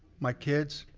my kids,